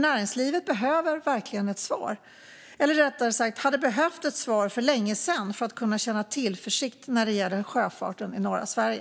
Näringslivet behöver verkligen ett svar - eller rättare sagt hade man behövt ett svar för länge sedan för att kunna känna tillförsikt när det gäller sjöfarten i norra Sverige.